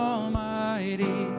Almighty